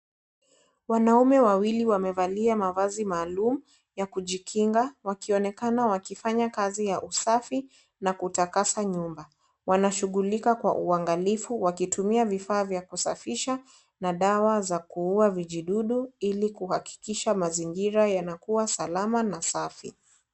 Wanaume wawili wamevalia mavazi maalum ya kujikinga wakionekana wakifanya kazi ya usafi na kutakasa nyumba, wanashughulika kwa uangalifu wakitumia vifaa vya kusafisha na dawa zakuuwa vijidudu ili kuhakikisha mazingira yanakuwa salama na safi.